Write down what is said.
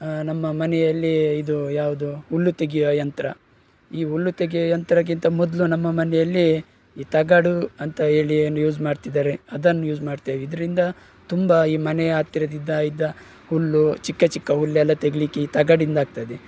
ನಮ್ಮ ಮನೆಯಲ್ಲಿ ಇದು ಯಾವುದು ಹುಲ್ಲು ತೆಗೆಯುವ ಯಂತ್ರ ಈ ಹುಲ್ಲು ತೆಗೆಯೋ ಯಂತ್ರಕ್ಕಿಂತ ಮೊದಲು ನಮ್ಮ ಮನೆಯಲ್ಲಿ ಈ ತಗಡು ಅಂತ ಹೇಳಿ ಏನು ಯೂಸ್ ಮಾಡ್ತಿದ್ದಾರೆ ಅದನ್ನು ಯೂಸ್ ಮಾಡ್ತೇವೆ ಇದರಿಂದ ತುಂಬ ಈ ಮನೆಯ ಹತ್ತಿರದಿದ್ದ ಇದ್ದ ಹುಲ್ಲು ಚಿಕ್ಕಚಿಕ್ಕ ಹುಲ್ಲೆಲ್ಲ ತೆಗೀಲಿಕ್ಕೆ ಈ ತಗಡಿಂದ ಆಗ್ತದೆ